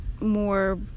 more